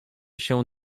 się